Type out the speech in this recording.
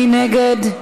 מי נגד?